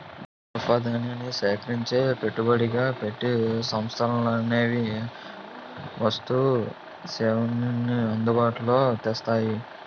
మూలధనాన్ని సేకరించి పెట్టుబడిగా పెట్టి సంస్థలనేవి వస్తు సేవల్ని అందుబాటులో తెస్తాయి